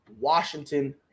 Washington